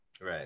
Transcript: Right